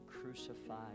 crucified